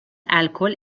الکل